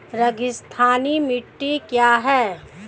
रेगिस्तानी मिट्टी क्या है?